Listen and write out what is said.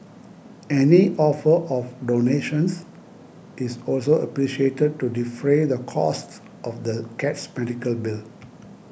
any offer of donations is also appreciated to defray the costs of the cat's medical bill